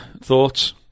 thoughts